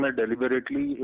deliberately